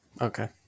okay